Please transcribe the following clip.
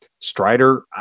Strider